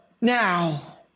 now